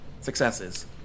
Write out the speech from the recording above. successes